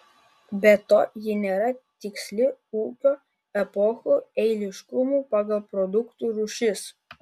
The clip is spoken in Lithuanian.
be to ji nėra tiksli ūkio epochų eiliškumu pagal produktų rūšis